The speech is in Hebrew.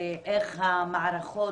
איך המערכות,